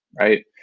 right